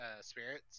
spirits